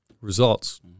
Results